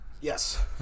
Yes